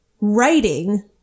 writing